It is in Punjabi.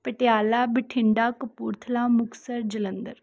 ਪਟਿਆਲਾ ਬਠਿੰਡਾ ਕਪੂਰਥਲਾ ਮੁਕਤਸਰ ਜਲੰਧਰ